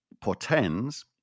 portends